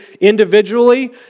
individually